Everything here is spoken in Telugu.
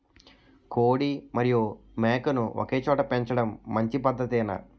కోడి మరియు మేక ను ఒకేచోట పెంచడం మంచి పద్ధతేనా?